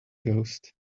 ghost